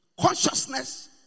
consciousness